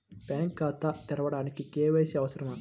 Bank ఖాతా తెరవడానికి KYC అవసరమా?